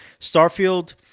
Starfield